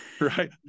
right